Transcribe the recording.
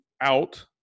out